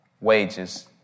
wages